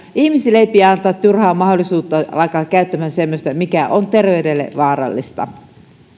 ihmisille ei pidä antaa turhaan mahdollisuutta alkaa käyttää semmoista mikä on terveydelle vaarallista